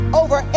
over